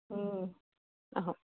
আহক